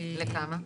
לכמה?